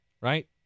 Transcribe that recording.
right